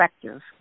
perspective